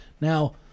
now